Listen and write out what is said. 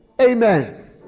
amen